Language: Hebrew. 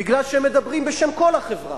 בגלל שהם מדברים בשם כל החברה.